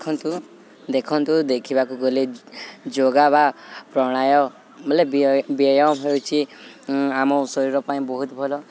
ଦେଖନ୍ତୁ ଦେଖନ୍ତୁ ଦେଖିବାକୁ ଗଲେ ଯୋଗ ବା ପ୍ରଣାୟମ ବୋଲେ ବ୍ୟାୟାମ ହେଉଛି ଆମ ଶରୀର ପାଇଁ ବହୁତ ଭଲ